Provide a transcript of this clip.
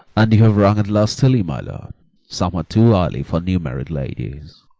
and you have rung it lustily, my lords somewhat too early for new-married ladies.